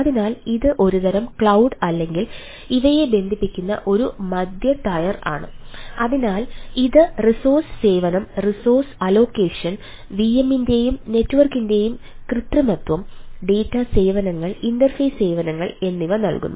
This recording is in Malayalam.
അതിനാൽ ഇത് ഒരുതരം ക്ലൌഡ് സേവനങ്ങൾ ഇന്റർഫേസ് സേവനങ്ങൾ എന്നിവ നൽകുന്നു